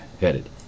headed